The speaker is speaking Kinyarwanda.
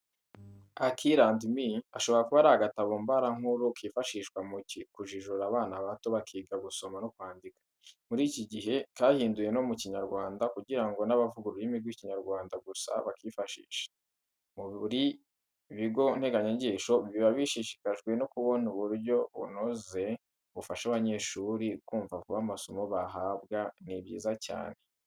Akili and me, ashobora kuba ari agatabo mbarankuru kifashishwa mu kujijura abana bato bakiga gusoma no kwandika. Muri iki gihe kahinduwe no mu kinyarwanda kugira ngo n'abavuga ururimi rw'ikinyarwanda gusa bakifashishe. Buri bigo nteganyagisho biba bishishikajwe no kubona uburyo bunoze bufasha abanyeshuri kumva vuba amasomo bahabwa. Ni byiza cyane.